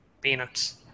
Peanuts